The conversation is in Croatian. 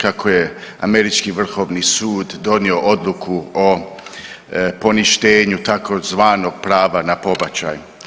kako je Američki vrhovni sud donio odluku o poništenju tzv. prava na pobačaj.